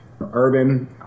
Urban